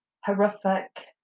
horrific